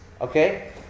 Okay